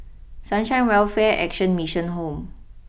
Sunshine Welfare Action Mission Home